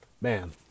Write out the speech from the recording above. man